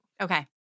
Okay